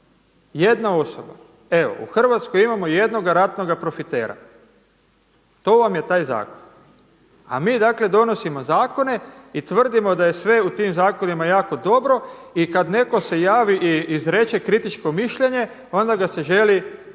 jedna osoba. Evo u Hrvatskoj imamo jednoga ratnoga profitera. To vam je taj zakon. A mi dakle donosimo zakone i tvrdimo da je sve u tim zakonima jako dobro i kad netko se javi i izreče kritičko mišljenje onda ga se želi čim